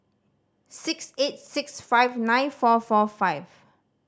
six eight six five nine four four five